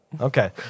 okay